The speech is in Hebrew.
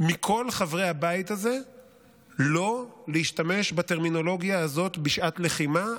מכל חברי הבית הזה לא להשתמש בטרמינולוגיה הזאת בשעת לחימה,